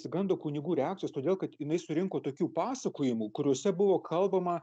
išsigando kunigų reakcijos todėl kad jinai surinko tokių pasakojimų kuriuose buvo kalbama